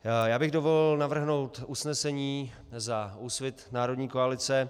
Já bych si dovolil navrhnout usnesení za Úsvit národní koalice: